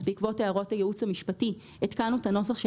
בעקבות הערות הייעוץ המשפטי עדכנו את הנוסח של